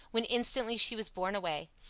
when instantly she was borne away.